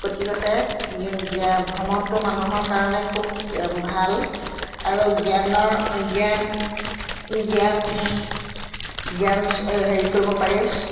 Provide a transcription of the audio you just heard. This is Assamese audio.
গতিকতে ভ্ৰমণটো মানুহৰ কাৰণে খুব ভাল আৰু জ্ঞানৰ জ্ঞান জ্ঞান জ্ঞান হেৰি কৰিব পাৰি